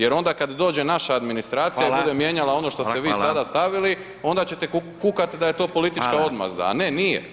Jer onda kad dođe naša administracija i bude mijenjala [[Upadica: Hvala.]] ono što ste vi sada stavili onda ćete kukat da je to politička odmazda, a ne nije.